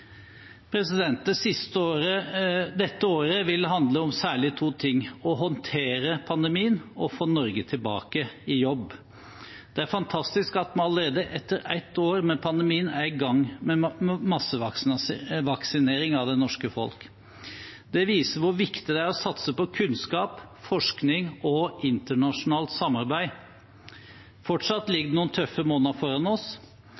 Dette året vil handle om særlig to ting: å håndtere pandemien og å få Norge tilbake i jobb. Det er fantastisk at vi allerede etter et år med pandemien er i gang med massevaksinering av det norske folk. Det viser hvor viktig det er å satse på kunnskap, forskning og internasjonalt samarbeid. Fortsatt ligger det noen tøffe måneder foran oss.